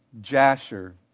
Jasher